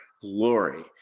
glory